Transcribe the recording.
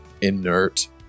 inert